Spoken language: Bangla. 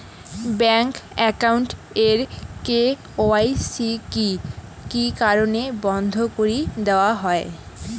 ব্যাংক একাউন্ট এর কে.ওয়াই.সি কি কি কারণে বন্ধ করি দেওয়া হয়?